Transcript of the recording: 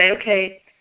okay